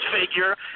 figure